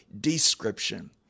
description